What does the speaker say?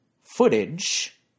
footage